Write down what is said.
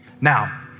Now